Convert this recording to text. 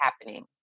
happening